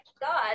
God